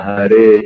Hare